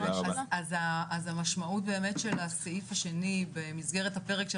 אז המשמעות של הסעיף השני במסגרת הפרק של